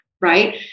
right